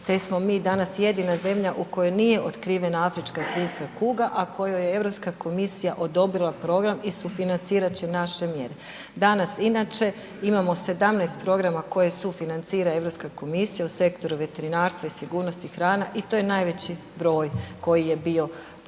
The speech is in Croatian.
te smo mi danas jedina zemlja u kojoj nije otkrivena afrička svinjska kuga a kojoj je Europska komisija odobrila program i sufinancirati će naše mjere. Danas, inače imamo 17 programa koje sufinancira Europska komisija u sektoru veterinarstva i sigurnosti hrane i to je najveći broj koji je bio do sada.